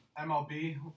MLB